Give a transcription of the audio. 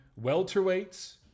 welterweights